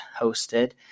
hosted